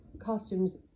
costumes